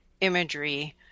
imagery